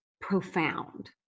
profound